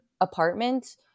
apartment